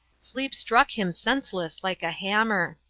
sleep struck him senseless like a hammer.